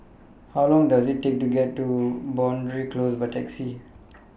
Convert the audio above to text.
How Long Does IT Take to get to Boundary Close By Taxi